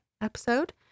episode